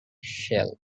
shell